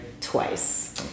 twice